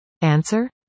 Answer